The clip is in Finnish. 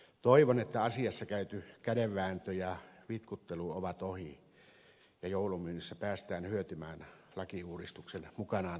toivon että asiassa käyty kädenvääntö ja vitkuttelu ovat ohi ja joulumyynnissä päästään hyötymään lakiuudistuksen mukanaan tuomista mahdollisuuksista